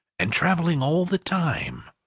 and travelling all the time!